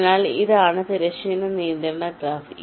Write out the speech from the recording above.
അതിനാൽ ഇതാണ് തിരശ്ചീന നിയന്ത്രണ ഗ്രാഫ്